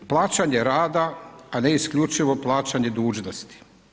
Plačanje rada a ne isključivo plaćanje dužnosti.